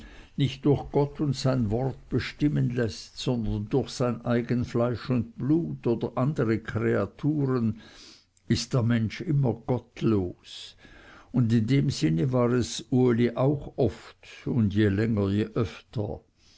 nicht durch gott und sein wort bestimmen läßt sondern durch sein eigen fleisch und blut oder andere kreaturen ist der mensch immer gottlos und in dem sinn war es uli auch oft und je länger je öfter